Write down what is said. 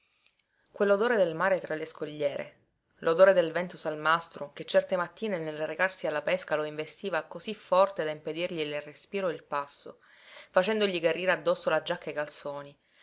quell'odore del mare tra le scogliere l'odore del vento salmastro che certe mattine nel recarsi alla pesca lo investiva cosí forte da impedirgli il respiro o il passo facendogli garrire addosso la giacca e i calzoni